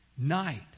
night